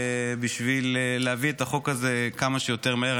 הממשלה בשביל להביא את החוק הזה כמה שיותר מהר.